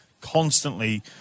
constantly